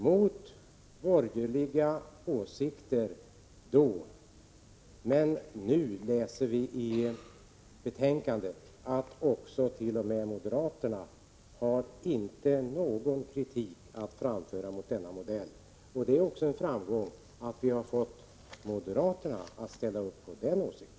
De borgerliga var emot idén då, men nu läser vi i betänkandet att inte ens moderaterna har någon kritik att framföra mot denna modell. Det är också en framgång att vi har fått moderaterna att ställa upp för den åsikten.